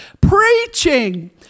preaching